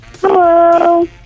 Hello